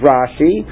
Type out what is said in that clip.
Rashi